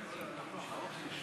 44 מתנגדים.